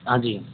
हाँ जी